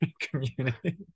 community